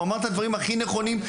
הוא אמר את הדברים הכי נכונים.